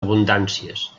abundàncies